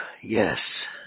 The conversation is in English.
yes